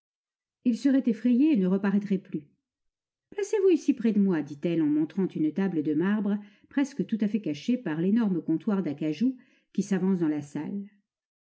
il serait effrayé et ne reparaîtrait plus placez-vous ici près de moi dit-elle en lui montrant une table de marbre presque tout à fait cachée par l'énorme comptoir d'acajou qui s'avance dans la salle